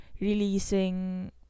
releasing